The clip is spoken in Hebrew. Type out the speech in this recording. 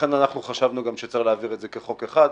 לכן אנחנו חשבנו גם שצריך להעביר את זה כחוק אחד.